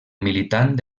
militant